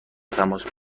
تماس